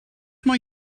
mae